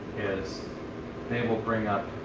is they will bring up